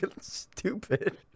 stupid